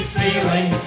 feeling